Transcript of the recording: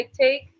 take